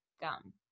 gum